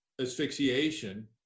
asphyxiation